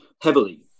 heavily